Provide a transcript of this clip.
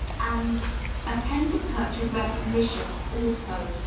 and a tender touch of recognition, also,